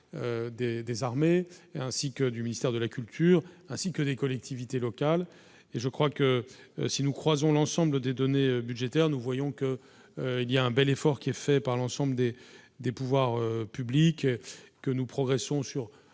des armées et ainsi que du ministère de la culture, ainsi que des collectivités locales, et je crois que si nous croisons l'ensemble des données budgétaires, nous voyons qu'il y a un bel effort qui est fait par l'ensemble des des pouvoirs publics que nous progressons sur